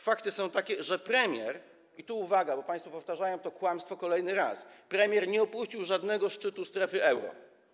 Fakty są takie, że premier - i tu uwaga, bo państwo powtarzają to kłamstwo kolejny raz - nie opuścił żadnego szczytu strefy euro.